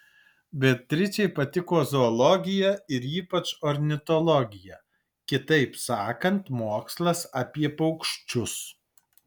beatričei patiko zoologija ir ypač ornitologija kitaip sakant mokslas apie paukščius